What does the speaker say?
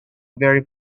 very